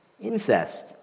incest